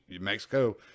Mexico